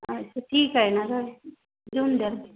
अच्छा ठीक आहे ना सर देऊन द्याल